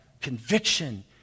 conviction